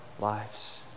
lives